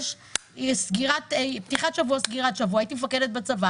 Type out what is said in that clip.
יש בצבא סגירת שבוע ופתיחת שבוע והמפקד יכול להעביר להם.